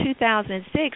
2006